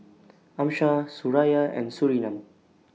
Amsyar Suraya and Surinam